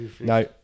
No